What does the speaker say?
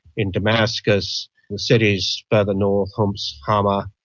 in damascus, the cities further north, homs, hama,